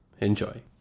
Enjoy